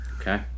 Okay